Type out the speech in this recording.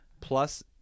plus